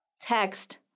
text